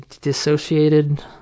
dissociated